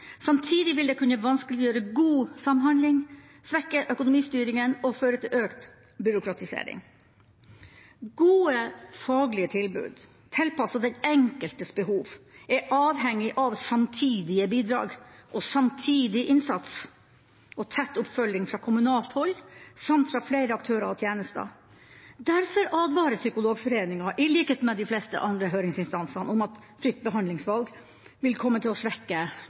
Samtidig vil det kunne vanskeliggjøre god samhandling, svekke økonomistyringa og føre til økt byråkratisering. Gode faglige tilbud tilpasset den enkeltes behov er avhengig av samtidige bidrag og samtidig innsats og tett oppfølging fra kommunalt hold samt fra flere aktører og tjenester. Derfor advarer Psykologforeningen, i likhet med de fleste andre høringsinstanser, om at fritt behandlingsvalg vil komme til å svekke